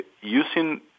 Using